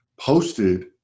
posted